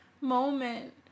moment